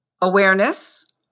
awareness